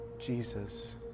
Jesus